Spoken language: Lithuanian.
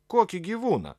kokį gyvūną